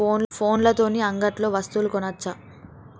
ఫోన్ల తోని అంగట్లో వస్తువులు కొనచ్చా?